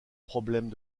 problèmes